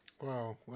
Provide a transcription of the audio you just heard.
Wow